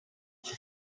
iki